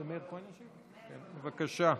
בבקשה.